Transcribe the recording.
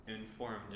informed